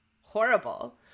horrible